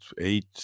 eight